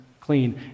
clean